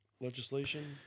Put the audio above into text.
legislation